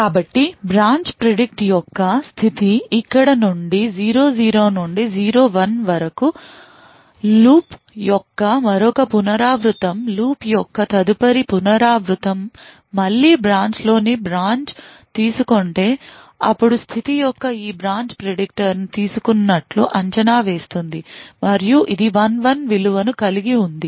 కాబట్టి branch predict యొక్క స్థితి ఇక్కడ నుండి 00 నుండి 01 వరకు లూప్ యొక్క మరొక పునరావృతం లూప్ యొక్క తదుపరి పునరావృతం మళ్ళీ బ్రాంచ్లలోని బ్రాంచ్ తీసుకుంటే అప్పుడు స్థితి యొక్క ఈ బ్రాంచ్ ప్రిడిక్టర్ తీసుకున్నట్లు అంచనా వేస్తుంది మరియు ఇది 11 విలువను కలిగి ఉంది